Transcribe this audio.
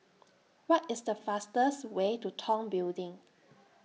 What IS The fastest Way to Tong Building